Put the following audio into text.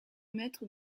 mètre